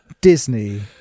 disney